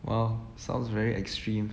!wow! sounds very extreme